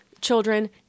children